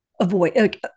avoid